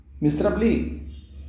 miserably